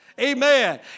Amen